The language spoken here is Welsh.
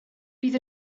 bydd